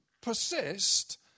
persist